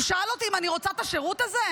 הוא שאל אותי אם אני רוצה את השירות הזה?